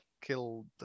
killed